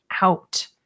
out